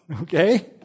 Okay